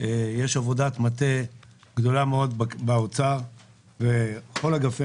יש עבודת מטה גדולה מאוד באוצר וכל אגפי